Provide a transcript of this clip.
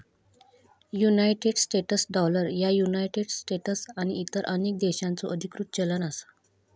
United States dollar ह्या United States आणि इतर अनेक देशांचो अधिकृत चलन असा